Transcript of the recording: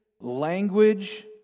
language